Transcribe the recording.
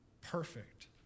Perfect